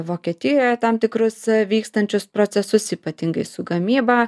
vokietijoje tam tikrus vykstančius procesus ypatingai su gamyba